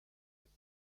être